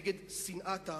נגד שנאת האחים.